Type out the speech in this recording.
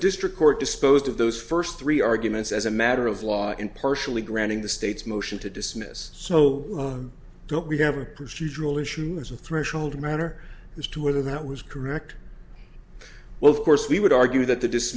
district court disposed of those first three arguments as a matter of law impartially granting the state's motion to dismiss so don't we have a procedural issue is a threshold matter as to whether that was correct well of course we would argue that